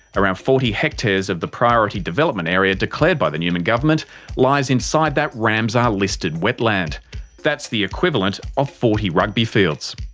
around forty hectares of the priority development area declared by the newman government lies inside that ramsar listed wetland that's the equivalent of forty rugby fields.